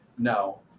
No